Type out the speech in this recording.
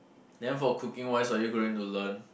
then for cooking wise are you going to learn